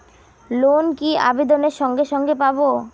Loan কি আবেদনের সঙ্গে সঙ্গে পাব?